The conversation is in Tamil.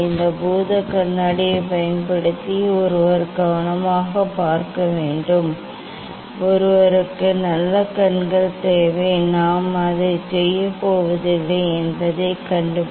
இந்த பூதக்கண்ணாடியைப் பயன்படுத்தி ஒருவர் கவனமாகப் பார்க்க வேண்டும் ஒருவருக்கு நல்ல கண்கள் தேவை நான் அதை செய்யப் போவதில்லை என்பதைக் கண்டுபிடி